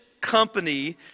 company